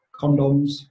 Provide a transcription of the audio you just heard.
condoms